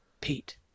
Pete